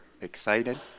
excited